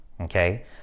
okay